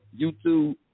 YouTube